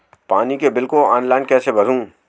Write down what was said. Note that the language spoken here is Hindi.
पानी के बिल को ऑनलाइन कैसे भरें?